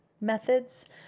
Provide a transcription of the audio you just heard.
methods